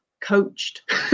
coached